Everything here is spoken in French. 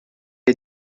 est